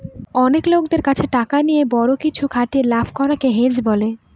অনেক লোকদের কাছে টাকা নিয়ে বড়ো কিছুতে খাটিয়ে লাভ করাকে হেজ বলে